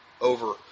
over